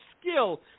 skill